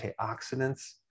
antioxidants